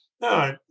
No